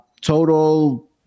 total